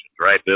right